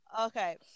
Okay